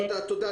תודה,